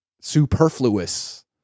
superfluous